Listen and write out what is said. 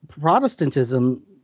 Protestantism